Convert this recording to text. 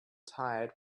tired